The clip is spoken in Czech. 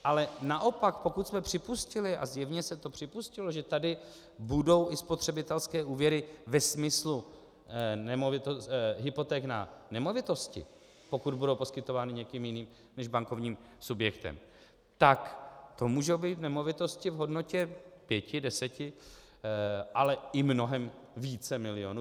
Ale naopak, pokud jsme připustili, a zjevně se to připustilo, že tady budou i spotřebitelské úvěry ve smyslu hypoték na nemovitosti, pokud budou poskytovány někým jiným než bankovním subjektem, tak to můžou být nemovitosti v hodnotě pěti, deseti, ale i mnohem více milionů.